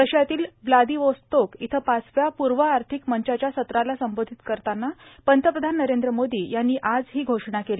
रशियातील Vladivostok इथं पाचव्या पूर्व आर्थिक मंचाच्या सत्राला संबोधित करतांना पंतप्रधान नरेंद्र मोदी यांनी आज ही घोषणा केली